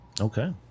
Okay